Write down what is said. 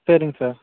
சரிங்க சார்